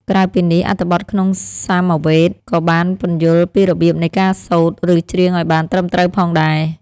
ក្រៅពីនេះ អត្ថបទក្នុងសាមវេទក៏បានពន្យល់ពីរបៀបនៃការសូត្រ ឬច្រៀងឱ្យបានត្រឹមត្រូវផងដែរ។